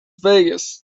vegas